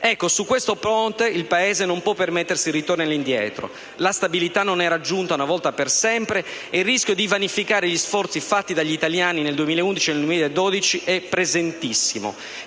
scelte. Su questo fronte il Paese non può permettersi di andare indietro; la stabilità non è raggiunta una volta per sempre e il rischio di vanificare gli sforzi fatti dagli italiani nel 2011 e nel 2012 è presentissimo.